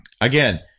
Again